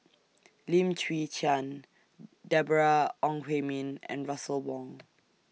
Lim Chwee Chian Deborah Ong Hui Min and Russel Wong